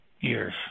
years